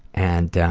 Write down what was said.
and